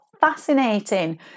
fascinating